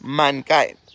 mankind